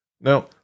Now